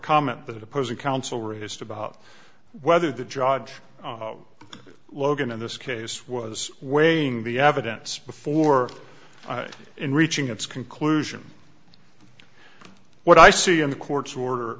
comment that opposing counsel raised about whether the judge logan in this case was weighing the evidence before in reaching its conclusion what i see in the court's